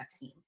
team